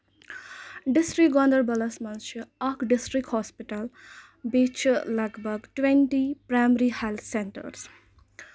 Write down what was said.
district گاندربَلس منٛز چھِ اکھ ڈِسٹرک ہوسپِٹل بیٚیہِ چھِ لگ بگ ٹُوینٹی پرایمری ہیلتھ سینٹٲرٕس